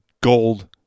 gold